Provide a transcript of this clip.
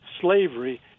slavery